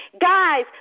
Guys